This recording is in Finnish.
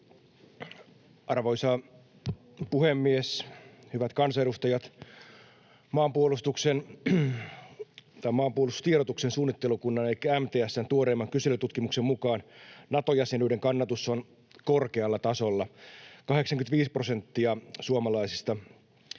Arvoisa puhemies! Hyvät kansanedustajat! Maanpuolustustiedotuksen suunnittelukunnan elikkä MTS:n tuoreimman kyselytutkimuksen mukaan Nato-jäsenyyden kannatus on korkealla tasolla: 85 prosenttia suomalaisista